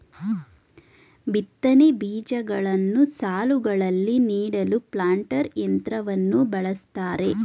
ಬಿತ್ತನೆ ಬೀಜಗಳನ್ನು ಸಾಲುಗಳಲ್ಲಿ ನೀಡಲು ಪ್ಲಾಂಟರ್ ಯಂತ್ರವನ್ನು ಬಳ್ಸತ್ತರೆ